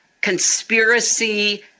conspiracy